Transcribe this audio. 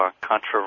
controversial